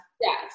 yes